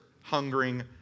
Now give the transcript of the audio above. hungering